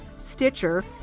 Stitcher